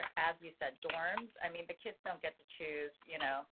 as you said, dorms, i mean, the kids don't get to choose, you know.